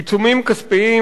עיצומים כספיים,